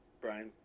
Brian